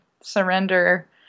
surrender